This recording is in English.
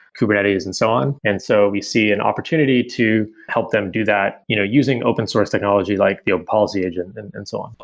kubernetes and so on. and so we see an opportunity to help them do that you know using open-source technology like the open policy agent and and son on.